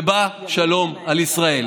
ובא שלום על ישראל.